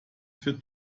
für